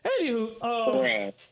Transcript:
anywho